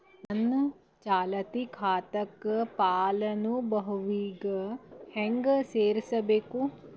ನನ್ನ ಚಾಲತಿ ಖಾತಾಕ ಫಲಾನುಭವಿಗ ಹೆಂಗ್ ಸೇರಸಬೇಕು?